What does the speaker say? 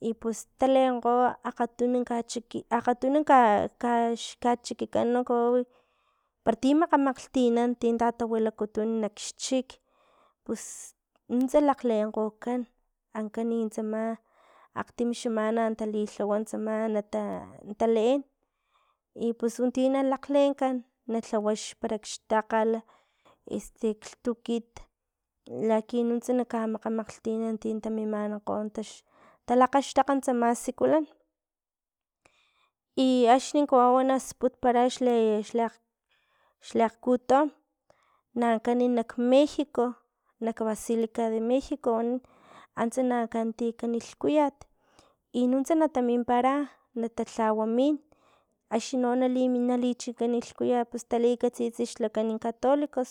I pus talenkgo akgatunu kachikin akgatuno ka xka- kachiki kawau para ti makgamakgtinan, tin tatawilikutun nakxchik pus nuntsa lakglenkgokan ankani tsama akgtim xemana talilhawa tsama nata nataleen i pus unti nalakglenkan na lhawa para kxtakgal este xlhtukit laki nuntsa na kamakgamakgtinan tin tamimanankgo tax talakgaxtakga tsama sikulan, i axni kawau nasputpara xli- xli akg xkialkgkuto na ankan nak mexico, nak basilica de mexico antsa na ankan tiyakan lhkuyat i nuntsa nata mimpara natalhawamin axni no nali nalichinkan no lhkuyat talikatsits xa xlakan katolicos